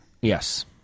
Yes